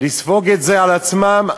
לספוג את זה בעצמן,